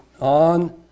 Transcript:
on